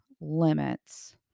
limits